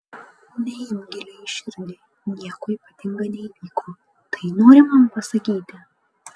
neimk giliai į širdį nieko ypatinga neįvyko tai nori man pasakyti